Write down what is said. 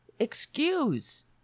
excuse